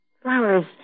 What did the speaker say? Flowers